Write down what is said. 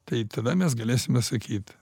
tai tada mes galėsime sakyt